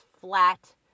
flat